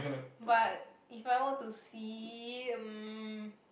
but if I were to see mm